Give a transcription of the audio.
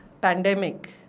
pandemic